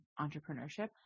entrepreneurship